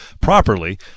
properly